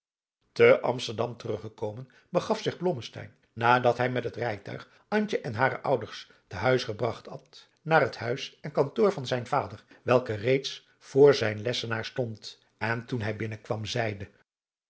te amsterdam teruggekomen begaf zich blommesteyn nadat hij met het rijtuig adriaan loosjes pzn het leven van johannes wouter blommesteyn en hare ouders te huis gebragt had naar het huis en kantoor van zijn vader welke reeds voor zijn lessenaar stond en toen hij binnenkwam zeide